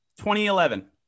2011